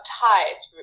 tides